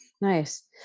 Nice